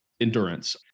endurance